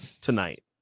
tonight